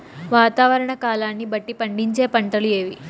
వాతావరణ కాలాన్ని బట్టి పండించే పంటలు ఏవి?